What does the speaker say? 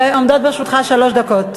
עומדות לרשותך שלוש דקות.